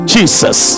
Jesus